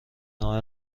نام